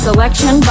Selection